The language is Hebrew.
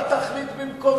אל תספח אותם ואל תחליט במקומם.